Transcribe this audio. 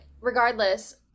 regardless